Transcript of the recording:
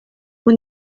اون